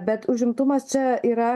bet užimtumas čia yra